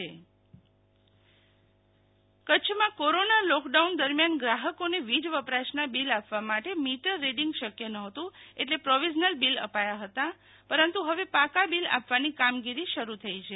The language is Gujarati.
શિતલ વૈશ્નવ વીજ બિલ કચ્છમાં કોરોના લોકડાઉન દરમિયાન ગ્રાહોકેન વીજ વપરાશનાબિલ આપવા માટે મિટર રીડિંગ શક્ય નહોતું એટલે પ્રોવિઝનલ બિલ અપાયા હતા પરંતુ હવે પાકા બિલ આપવાની કામગીરી શરૂ થઈ છે